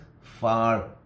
far